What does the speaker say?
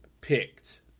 picked